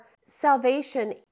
salvation